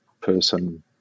person